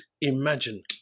imagine